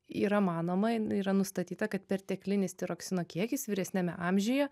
yra manoma yra nustatyta kad perteklinis tiroksino kiekis vyresniame amžiuje